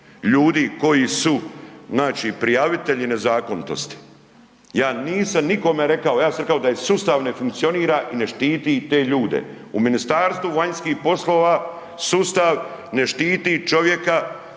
ljudi koji su znači prijavitelji nezakonitosti. Ja nisam nikome rekao, ja sam rekao da sustav ne funkcionira i ne štiti te ljude. U Ministarstvu vanjskih poslova sustav ne štiti čovjeka